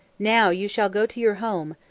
now you shall go to your home,